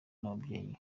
n’ababyeyi